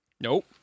Nope